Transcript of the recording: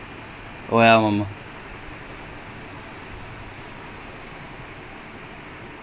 அது மாதிரி:athu maadhiri everything with he improve he improve a few players but as a team they won't play well